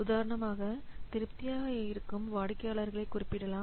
உதாரணமாக திருப்தியாய் இருக்கும் வாடிக்கையாளர்களை குறிப்பிடலாம்